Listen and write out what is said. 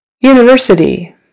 university